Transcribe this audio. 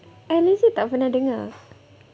I legit tak pernah dengar